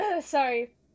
sorry